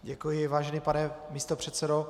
Děkuji, vážený pane místopředsedo.